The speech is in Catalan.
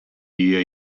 dia